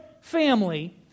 family